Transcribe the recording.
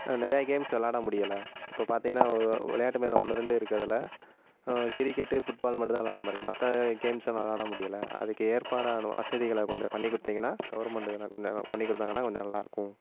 நிறைய கேம்ஸ் விளாட முடியலை இப்போ பார்த்தீங்கனா விளையாட்டு மைதானம் ஒன்று ரெண்டு இருக்கிறதுல கிரிக்கெட்டு ஃபுட்பால் மட்டும் தான் விளாடுற மாதிரி இருக்கும் மற்ற கேம்ஸுலாம் விளாட முடியலை அதுக்கு ஏற்பாடான வசதிகளை கொஞ்சம் பண்ணி குடுத்திங்கனா கவர்மெண்டு கொஞ்சம் பண்ணி கொடுத்தாங்கனா கொஞ்சம் நல்லாயிருக்கும்